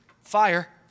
fire